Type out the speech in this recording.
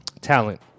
talent